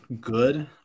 good